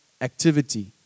activity